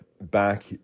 back